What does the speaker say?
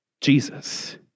Jesus